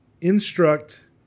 instruct